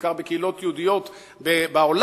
בעיקר בקהילות יהודיות בעולם,